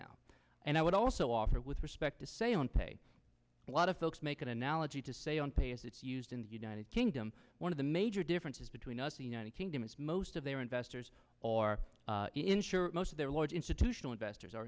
now and i would also offer with respect to say on pay a lot of folks make an analogy to say on pay as it's used in the united kingdom one of the major differences between us the united kingdom is most of their investors or insure most of their large institutional investors